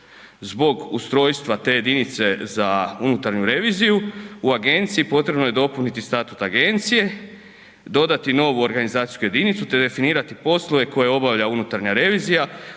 zbog ustrojstva te jedinice za unutarnju reviziju u agenciji, potrebno je dopuniti statut agencije, dodati novu organizacijsku jedinicu te definirati poslove koje obavlja unutarnja revizija